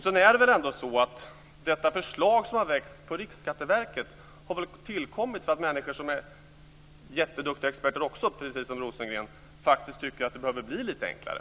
Sedan har väl det förslag som väckts på Riksskatteverket tillkommit därför att människor som också är jätteduktiga experter, precis som Rosengren, faktiskt tycker att det behöver bli lite enklare.